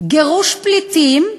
גירוש פליטים,